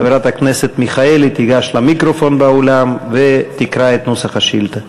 חברת הכנסת מיכאלי תיגש למיקרופון באולם ותקרא את נוסח השאילתה.